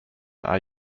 are